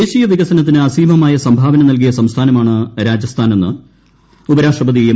ദേശീയ വികസനത്തിന് അസീമമായ സംഭാവന നൽകിയ സംസ്ഥാനമാണ് രാജസ്ഥാനെന്ന് ഉപരാഷ്ട്രപതി എം